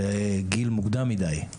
זה גיל מוקדם מידי.